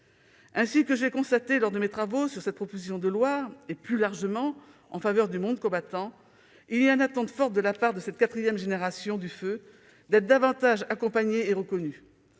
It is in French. Ainsi que je l'ai constaté lors de mes travaux sur cette proposition de loi et, plus largement, pour le monde combattant, il y a une attente forte de la part de cette quatrième génération du feu d'être davantage accompagnée et reconnue.